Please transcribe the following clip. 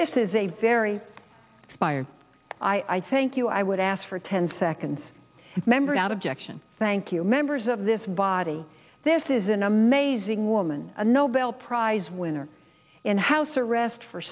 this is a very fire i thank you i would ask for ten seconds members out of jackson thank you members of this body this is an amazing woman a nobel prize winner in house arrest for